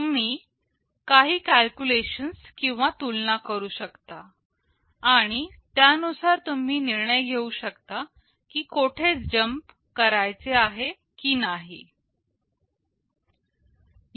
तुम्ही काही कॅलक्युलेशन्स किंवा तुलना करू शकता आणि त्यानुसार तुम्ही निर्णय घेऊ शकता की कुठे जम्प करायचं आहे की नाही